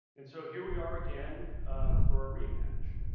and so here we are again for a rematch.